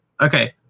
Okay